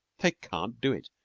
they can't do it,